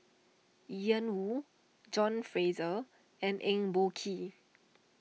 Ian Woo John Fraser and Eng Boh Kee